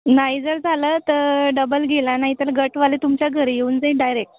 नाही जर झालं तर डबल गेला नाहीतर गटवाले तुमच्या घरी येऊन जाईल डायरेक्ट